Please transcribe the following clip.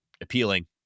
appealing